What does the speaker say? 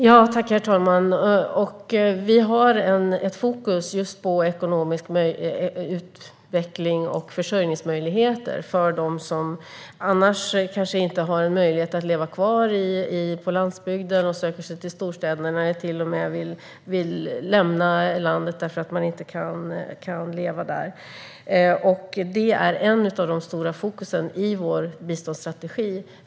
Herr talman! Vi har fokus på just ekonomisk utveckling och försörjningsmöjligheter för dem som annars kanske inte har någon möjlighet att leva kvar på landsbygden utan söker sig till storstäderna eller till och med vill lämna landet för att de inte kan leva där. Detta är ett stort fokusområde i vår biståndsstrategi.